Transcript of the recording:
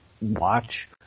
watch